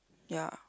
ya